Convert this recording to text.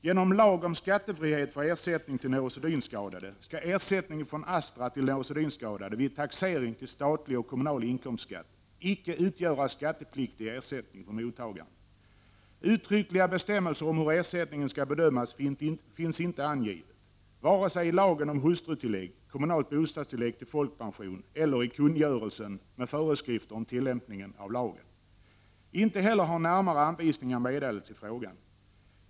Genom lag om skattefrihet för ersättning till neurosedynskadade, skall ersättningen från Astra till neurosedynskadade vid taxering till statlig och kommunal inkomstskatt icke utgöra skattepliktig ersättning för mottagaren. Uttryckliga bestämmelser om hur ersättningen skall bedömas finns inte angivna, vare sig i lagen om hustrutillägg, lagen om kommunalt bostadstillägg till folkpension eller i kungörelsen med föreskrifter om tillämpningen av lagen. Inte heller har närmare anvisningar meddelats i frågan.